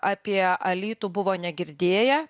apie alytų buvo negirdėję